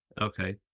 Okay